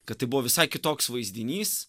kad tai buvo visai kitoks vaizdinys